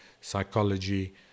psychology